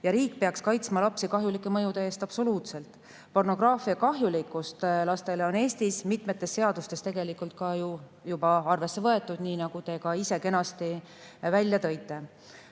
absoluutselt kaitsma lapsi kahjulike mõjude eest. Pornograafia kahjulikkust lastele on Eestis mitmetes seadustes tegelikult juba arvesse võetud, nii nagu te ka ise kenasti välja tõite.